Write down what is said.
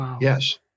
yes